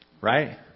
Right